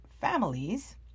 families